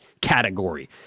category